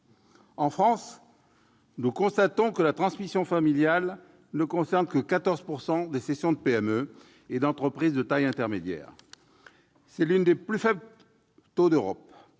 En France, nous constatons que la transmission familiale ne concerne que 14 % des cessions de PME et d'entreprises de taille intermédiaire, ou ETI. C'est l'un des plus faibles taux d'Europe